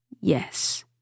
yes